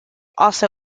also